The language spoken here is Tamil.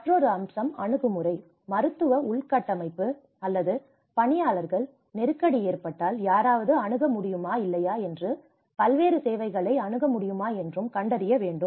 மற்றொரு அம்சம் அணுகுமுறை மருத்துவ உள்கட்டமைப்பு அல்லது பணியாளர்கள் நெருக்கடி ஏற்பட்டால் யாராவது அணுக முடியுமா இல்லையா என்றும் பல்வேறு சேவைகளை அணுக முடியுமா என்றும் கண்டறிய வேண்டும்